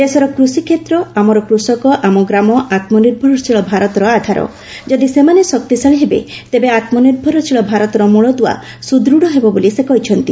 ଦେଶର କୃଷି କ୍ଷେତ୍ର ଆମର କୃଷକ ଆମ ଗ୍ରାମ ଆମ୍ମନିର୍ଭରଶୀଳ ଭାରତର ଆଧାର ଯଦି ସେମାନେ ଶକ୍ତିଶାଳୀ ହେବେ ତେବେ ଆମ୍ନିର୍ଭରଶୀଳ ଭାରତର ମୂଳଦୁଆ ସୁଦୃତ ହେବ ବୋଲି ସେ କହିଛନ୍ତି